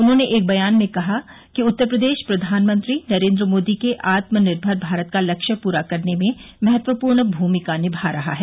उन्होंने एक बयान में कहा कि उत्तर प्रदेश प्रधानमंत्री नरेन्द्र मोदी के आत्मनिर्भर भारत का लक्ष्य पूरा करने में महत्वपूर्ण भूमिका निभा रहा है